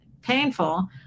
painful